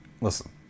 listen